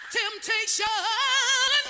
temptation